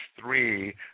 three